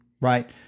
right